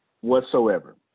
whatsoever